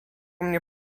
mnie